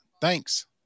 Thanks